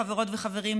חברות וחברים,